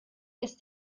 ist